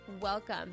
welcome